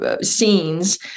scenes